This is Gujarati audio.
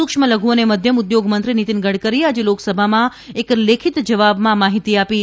સુક્ષ્મ લધુ અને મધ્યમ ઉદ્યોગ મંત્રી નિતીન ગડકરીએ આજે લોકસભામાં એક લેખિત જવાબમાં આ માહિતી આદી હતી